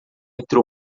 entre